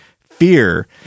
fear